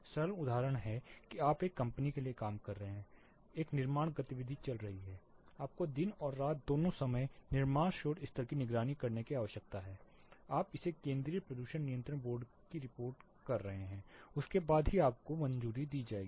सरल उदाहरण है कि आप एक कंपनी के लिए काम कर रहे हैं एक निर्माण गतिविधि चल रही है आपको दिन और रात दोनों समय निर्माण शोर स्तर की निगरानी करने की आवश्यकता है आप इसे केंद्रीय प्रदूषण नियंत्रण बोर्ड को रिपोर्ट कर रहे हैं उसके बाद ही आपको अपनी मंजूरी दी जाएगी